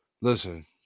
Listen